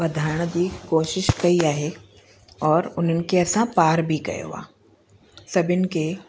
वधाइण जी कोशिश कई आहे और उन्हनि खे असां पार बि कयो आहे सभिनि खे